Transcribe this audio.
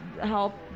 help